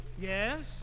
Yes